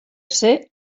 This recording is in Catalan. ser